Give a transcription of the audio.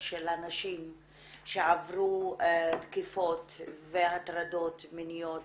של הנשים שעברו תקיפות והטרדות מיניות